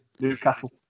Newcastle